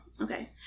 Okay